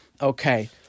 okay